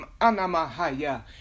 Anamahaya